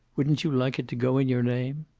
wouldn't you like it to go in your name?